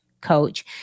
Coach